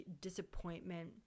disappointment